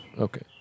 Okay